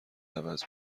عوض